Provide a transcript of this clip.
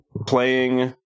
Playing